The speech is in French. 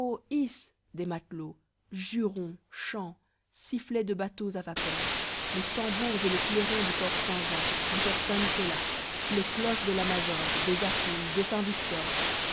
des matelots jurons chants sifflets de bateaux à vapeur les tambours et les clairons du fort saint-jean du fort saint-nicolas les cloches de la major des accoules de saint-victor